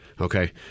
Okay